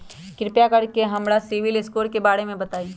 कृपा कर के हमरा सिबिल स्कोर के बारे में बताई?